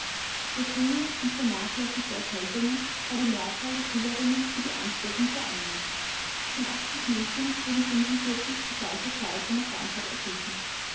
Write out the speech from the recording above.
durch hunger und vernachlässigte erkältungen war die mehrzahl der schülerinnen für die ansteckung veranlagt von achtzig mädchen wurden fünfundvierzig zu gleicher zeit von der krankheit ergriffen